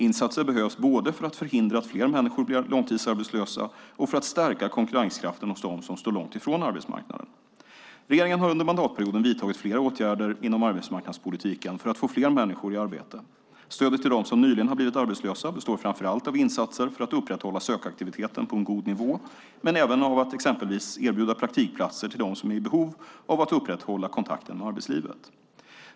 Insatser behövs både för att förhindra att fler människor blir långtidsarbetslösa och för att stärka konkurrenskraften hos dem som står långt från arbetsmarknaden. Regeringen har under mandatperioden vidtagit flera åtgärder inom arbetsmarknadspolitiken för att få fler människor i arbete. Stödet till dem som nyligen har blivit arbetslösa består framför allt av insatser för att upprätthålla sökaktiviteten på en god nivå men även av att exempelvis erbjuda praktikplatser till dem som är i behov av att upprätthålla kontakten med arbetslivet.